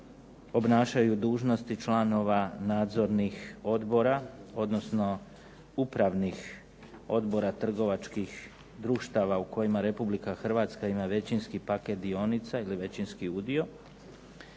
obnašaju dužnosti članova nadzornih odbora, odnosno upravnih odbora trgovačkih društava u kojima Republike Hrvatska ima većinski paket dionica ili većinski udio